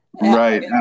Right